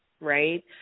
Right